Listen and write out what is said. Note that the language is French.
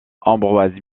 ambroise